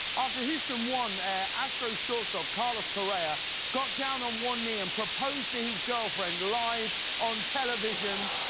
after houston won, astras short stop carlos correa got down on one knee and proposed to his girlfriend live on television.